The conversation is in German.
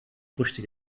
früchte